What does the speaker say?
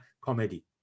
comedy